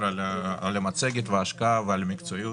על המצגת ועל ההשקעה ועל המקצועיות,